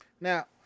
Now